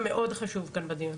מאוד חשוב כאן בדיון.